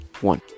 One